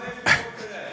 עוד חמש דקות תראה.